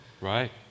Right